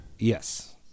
Yes